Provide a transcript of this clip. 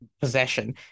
possession